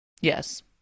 Yes